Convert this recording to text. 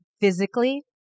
physically